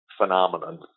phenomenon